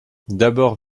d’abord